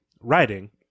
writing